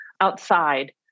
outside